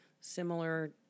Similar